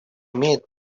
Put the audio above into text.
имеет